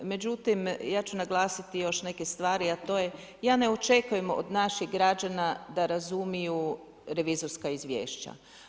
Međutim, ja ću naglasiti još neke stvari a to je ja ne očekujem od naših građana da razumiju revizorska izvješća.